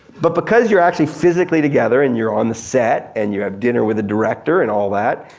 but because you're actually physically together and you're on the set and you have dinner with the director and all that,